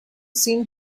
seemed